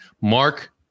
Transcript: Mark